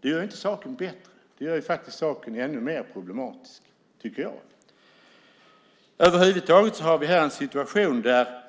Det gör inte saken bättre utan i stället ännu mer problematisk. Över huvud taget har vi här en situation där